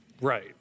Right